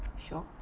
show